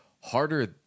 harder